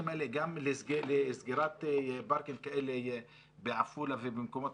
סגירת פארקים כאלה בעפולה ובמקומות